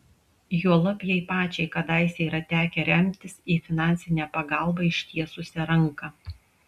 juolab jai pačiai kadaise yra tekę remtis į finansinę pagalbą ištiesusią ranką